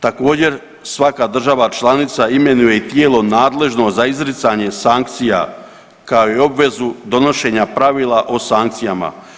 Također, svaka država članica imenuje i tijelo nadležno za izricanje sankcija kao i obvezu donošenja pravila o sankcijama.